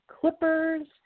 Clipper's